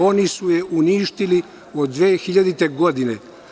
Oni su je uništili od 2000. godine.